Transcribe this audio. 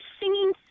singing